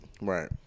Right